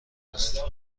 است